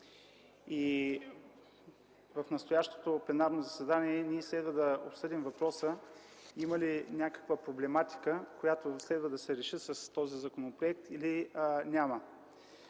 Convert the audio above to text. В настоящото пленарно заседание ние следва да обсъдим въпроса има ли някаква проблематика, която следва да се реши с този законопроект, или няма.